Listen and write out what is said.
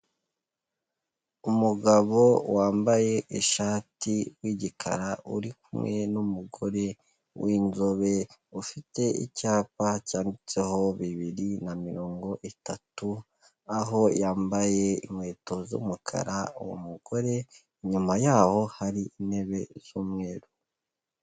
Umugabo wambaye ishati w'igikara, uri kumwe n'umugore w'inzobe, ufite icyapa cyanditseho bibiri na mirongo itatu, aho yambaye inkweto z'umukara, uwo mugore inyuma yaho hari intebe z'umweru.